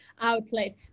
outlet